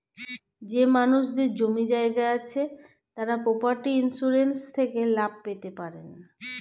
যেই মানুষদের জমি জায়গা আছে তারা প্রপার্টি ইন্সুরেন্স থেকে লাভ পেতে পারেন